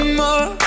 more